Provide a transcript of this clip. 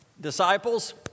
disciples